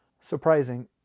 surprising